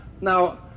Now